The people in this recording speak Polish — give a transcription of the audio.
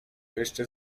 jeszcze